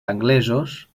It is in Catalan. anglesos